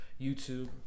YouTube